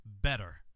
better